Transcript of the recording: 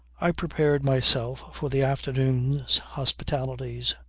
i prepared myself for the afternoon's hospitalities,